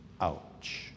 Ouch